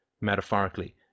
metaphorically